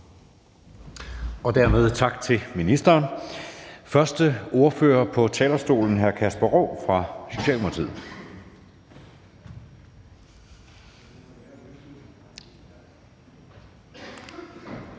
siger vi tak til ministeren. Den første ordfører på talerstolen er hr. Kasper Roug fra Socialdemokratiet.